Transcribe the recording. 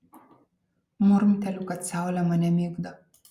murmteliu kad saulė mane migdo